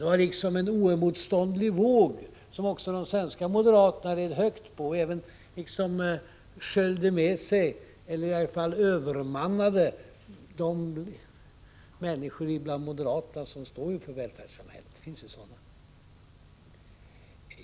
Det var liksom en oemotståndlig våg som också de svenska moderaterna red högt på och som även sköljde med sig eller i varje fall övermannade de människor bland moderaterna som är för välfärdssamhället — det finns ju sådana.